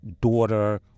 daughter